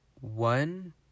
one